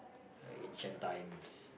ancient times